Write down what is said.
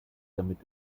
damit